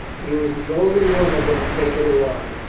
he was the only one of them taken alive.